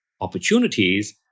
opportunities